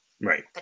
Right